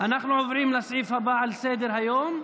אנחנו עוברים לסעיף הבא על סדר-היום,